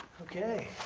okay.